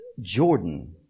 Jordan